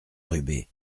rubé